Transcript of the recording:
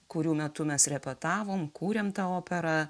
kurių metu mes repetavom kūrėm tą operą